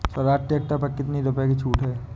Swaraj tractor पर कितनी रुपये की छूट है?